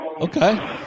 okay